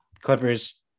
Clippers